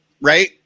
right